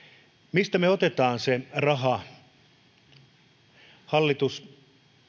mistä me otamme sen rahan hallitus